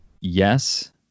Yes